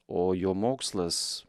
o jo mokslas